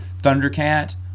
Thundercat